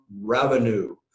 revenue